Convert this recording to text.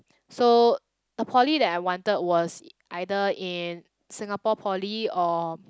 so the poly that I wanted was either in Singapore-Poly or